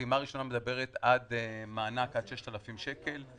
הפעימה הראשונה מדברת על מענק עד 6,000 שקלים.